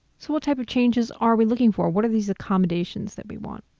so what type of changes are we looking for? what are these accommodations that we want?